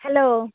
hello